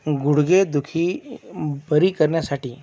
गुडघेदुखी बरी करण्यासाठी